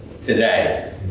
Today